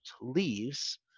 leaves